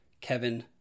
Kevin